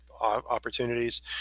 opportunities